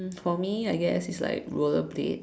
for me I guess it's like roller blade